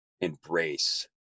embrace